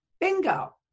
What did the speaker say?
Bingo